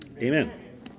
Amen